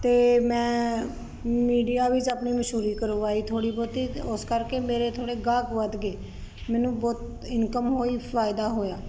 ਤੇ ਮੈਂ ਮੀਡੀਆ ਵੀ ਆਪਣੀ ਮਸ਼ੂਰੀ ਕਰਵਾਈ ਥੋੜੀ ਬਹੁਤੀ ਉਸ ਕਰਕੇ ਮੇਰੇ ਥੋੜੇ ਗਾਹਕ ਵੱਧ ਗਏ ਮੈਨੂੰ ਬਹੁਤ ਇਨਕਮ ਹੋਈ ਫਾਇਦਾ ਹੋਇਆ